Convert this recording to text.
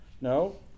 No